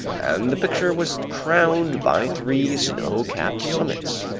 and the picture was crowned by three snow-capped summits.